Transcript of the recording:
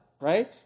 right